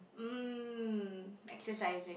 mm exercising